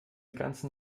ganzen